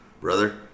Brother